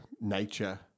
nature